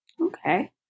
Okay